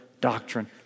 doctrine